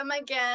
again